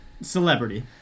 Celebrity